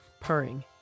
purring